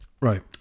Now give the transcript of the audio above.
Right